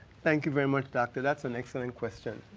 thank you very much, dr, that's an excellent question.